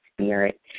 spirit